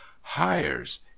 hires